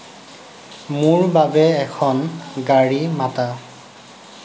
মোৰ বাবে এখন গাড়ী মাতা